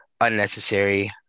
unnecessary